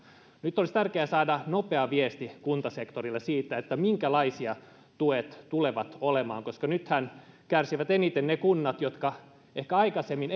nyt olisi tärkeää saada nopea viesti kuntasektorille siitä minkälaisia tuet tulevat olemaan koska nythän kärsivät eniten ne kunnat jotka aikaisemmin